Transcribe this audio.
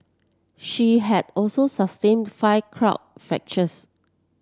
she had also sustained five crowd fractures